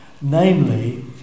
Namely